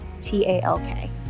T-A-L-K